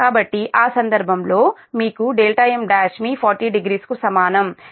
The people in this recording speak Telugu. కాబట్టి ఆ సందర్భంలో మీకు m1 మీ 400 కు సమానం ఎందుకంటే Pi 0